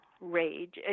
rage